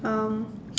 um